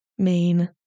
Main